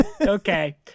okay